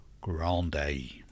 Grande